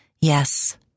Yes